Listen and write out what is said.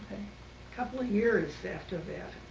couple of years after that.